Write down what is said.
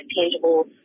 tangible